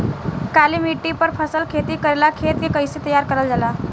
काली मिट्टी पर फसल खेती करेला खेत के कइसे तैयार करल जाला?